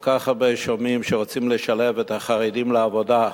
כל כך הרבה שומעים שרוצים לשלב את החרדים בעבודה,